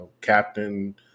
captain